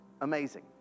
amazing